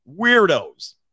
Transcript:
weirdos